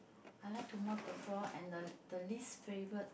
I like to mop the floor and the least favourite